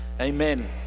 Amen